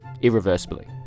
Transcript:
Irreversibly